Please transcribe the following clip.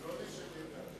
בבקשה.